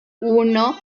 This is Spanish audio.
uno